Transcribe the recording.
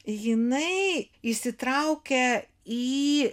jinai įsitraukia į